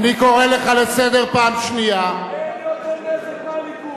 אין יותר נזק מהליכוד,